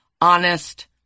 honest